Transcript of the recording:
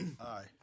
Aye